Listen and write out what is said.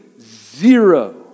zero